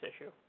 issue